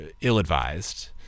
ill-advised